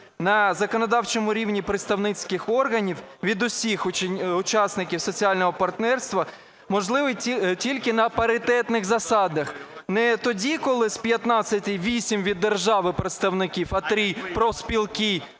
на законодавчому рівні представницьких органів від усіх учасників соціального партнерства можливо тільки на паритетних засадах. Не тоді, коли з п'ятнадцяти вісім від держави представників, а три – профспілки